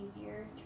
easier